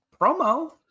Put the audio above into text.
promo